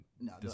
No